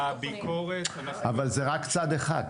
אבל זה רק צד אחד.